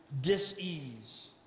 dis-ease